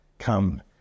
come